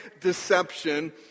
deception